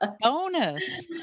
bonus